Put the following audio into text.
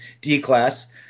D-class